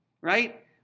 right